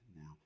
now